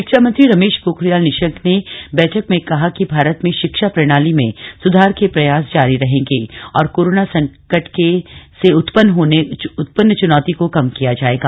शिक्षामंत्री रमेश पोखरियाल निशंक ने बैठक में कहा कि भारत में शिक्षा प्रणाली में सुधार के प्रयास जारी रहेंगे और कोरोना संकट से उत्पन्न चुनौती को कम किया जाएगा